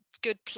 good